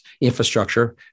infrastructure